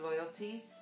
loyalties